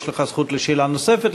יש לך זכות לשאלה נוספת.